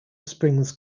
springs